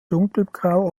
dunkelgrau